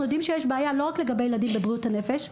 אנחנו יודעים שיש בעיה לא רק לגבי ילדים בבריאות הנפש,